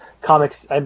comics